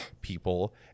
people